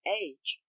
age